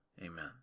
Amen